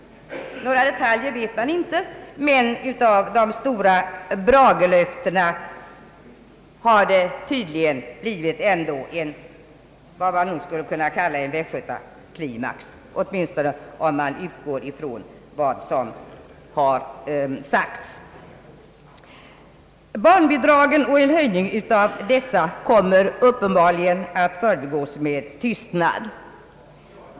Några detaljer vet man inte, men av de stora bragelöftena har det tydligen blivit vad man skulle kunna kalla en västgötaklimax. Barnbidragen och en höjning av dessa kommer uppenbarligen att förbigås med tystnad.